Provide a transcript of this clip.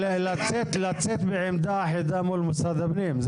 לצאת בעמדה אחידה מול משרד הפנים.